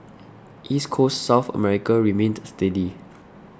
East Coast South America remained steady